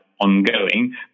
ongoing